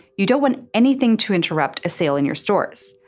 you don't want anything to interrupt a sale in your stores.